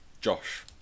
Josh